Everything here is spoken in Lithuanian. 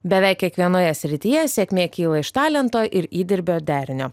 beveik kiekvienoje srityje sėkmė kyla iš talento ir įdirbio derinio